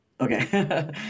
Okay